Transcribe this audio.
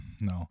no